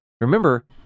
remember